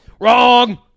Wrong